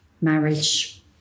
marriage